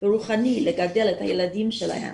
רוחני, לגדל את הילדים שלהם.